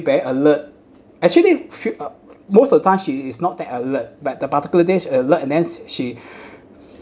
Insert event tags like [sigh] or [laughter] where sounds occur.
very alert actually they fe~ uh most of the time she is not that alert but the particular days alert and then she [breath]